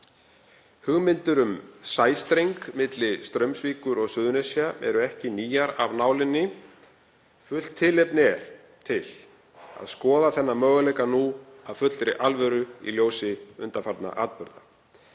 Hugmyndir um sæstreng milli Straumsvíkur og Suðurnesja eru ekki nýjar af nálinni. Fullt tilefni er til að skoða þann möguleika nú af fullri alvöru í ljósi undanfarinna atburða